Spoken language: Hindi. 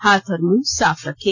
हाथ और मुंह साफ रखें